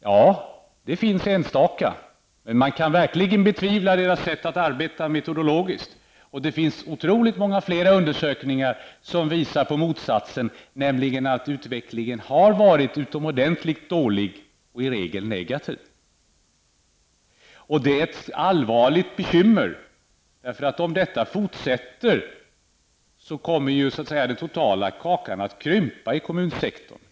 Ja, det finns enstaka sådana undersökningar, men man kan verkligen betvivla deras sätt att arbeta metodologiskt, och det finns otroligt många fler undersökningar som visar på motsatsen, nämligen att utvecklingen har varit utomordentligt dålig och i regel negativ. Detta är ett allvarligt bekymmer, för om det fortsätter kommer ju den totala kakan i kommunsektorn att krympa.